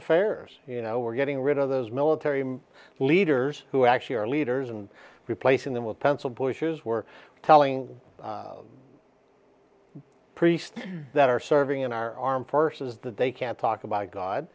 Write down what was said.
affairs you know we're getting rid of those military leaders who actually are leaders and replacing them with pencil pushers were telling priests that are serving in our armed forces that they can talk about god